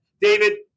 David